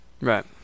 Right